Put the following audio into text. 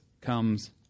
comes